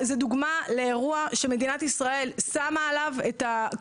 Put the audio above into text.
זה דוגמה לאירוע שמדינת ישראל שמה עליו -